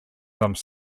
some